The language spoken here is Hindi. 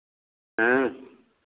हाँ